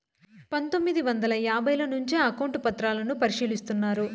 పందొమ్మిది వందల యాభైల నుంచే అకౌంట్ పత్రాలను పరిశీలిస్తున్నారు